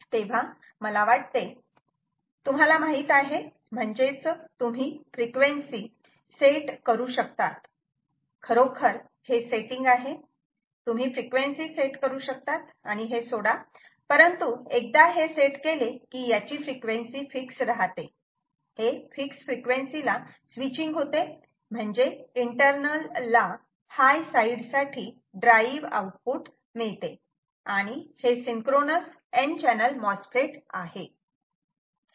तेव्हा मला वाटते तुम्हाला माहित आहे म्हणजेच तुम्ही फ्रिक्वेन्सी सेट करू शकतात खरोखर हे सेटिंग आहे तुम्ही फ्रिक्वेन्सी सेट करू शकतात आणि हे सोडा परंतु एकदा हे सेट केले की याची फ्रिक्वेन्सी फिक्स राहते हे फिक्स फ्रिक्वेन्सीला स्विचींग होते म्हणजे इंटरनल ला हाय साईड साठी ड्राईव्ह आउटपुट मिळते आणि हे सिंक्रोनस n चॅनल MOSFET आहे